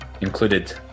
included